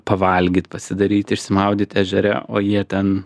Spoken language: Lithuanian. pavalgyt pasidaryt išsimaudyt ežere o jie ten